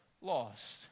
lost